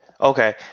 Okay